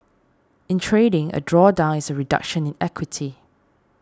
in trading a drawdown is a reduction in equity